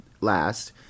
last